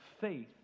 faith